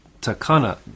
Takana